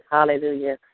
Hallelujah